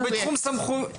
בתחום סמכותו.